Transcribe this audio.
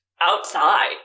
outside